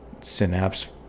synapse